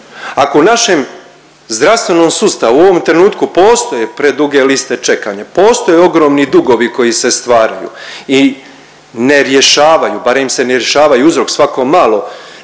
Ako u našem zdravstvenom sustavu u ovome trenutku postoje preduge liste čekanja, postoje ogromni dugovi koji se stvaraju i ne rješavaju, barem im se ne rješava i uzrok svako malo